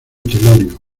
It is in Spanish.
telurio